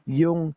yung